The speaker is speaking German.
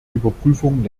überprüfung